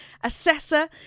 assessor